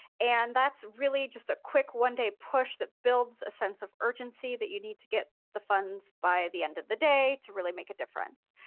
and that's really just a quick one day push that builds a sense of urgency that you need to get the funds by the end of the day to really make a difference.